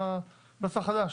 נוסח חדש.